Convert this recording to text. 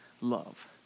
love